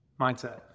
mindset